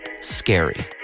scary